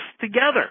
together